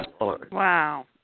Wow